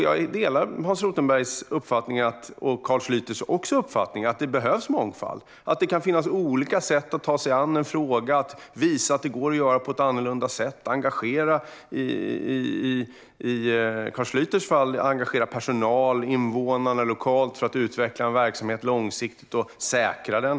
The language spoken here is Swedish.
Jag delar Hans Rothenbergs uppfattning - och även Carl Schlyters uppfattning - att det behövs mångfald och att det kan finnas olika sätt att ta sig an en fråga. Man kan visa att det går att göra på ett annorlunda sätt och - i Carl Schlyters fall - engagera personal och invånare lokalt för att utveckla en verksamhet långsiktigt och säkra den.